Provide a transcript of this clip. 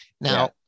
Now